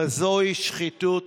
הרי זוהי שחיתות